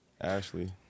Ashley